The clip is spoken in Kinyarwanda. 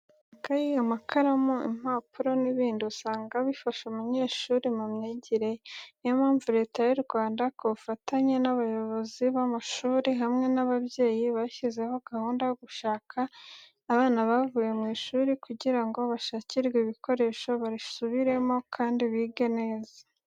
Amakayi, amakaramu, impapuro n'ibindi usanga bifasha umunyeshuri mu myigire ye. Niyo mpamvu Leta y'u Rwanda ku bufatanye n'abayobozi b'amashuri hamwe n'ababyeyi, bashyizeho gahunda yo gushaka abana bavuye mu ishuri kugira ngo bashakirwe ibikoresho barisubiremo kandi bige neza.